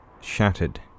shattered